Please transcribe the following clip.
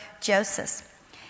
Joseph